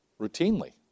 Routinely